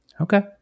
Okay